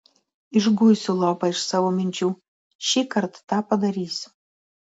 išguisiu lopą iš savo minčių šįkart tą padarysiu